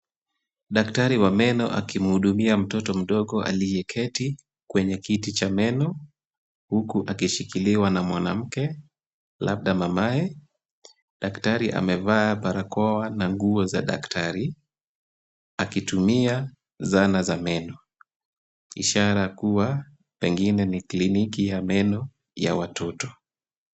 Daktari wa meno akimhudumia mtoto mdogo aliyeketi kwenye kiti cha meno huku akishikiliwa na mwanamke labda mamaye. Daktari amevaa barakoa na nguo za daktari akitumia zana za meno, ishara kuwa pengine ni kliniki ya meno ya watoto.